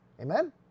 Amen